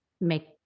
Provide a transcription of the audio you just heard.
make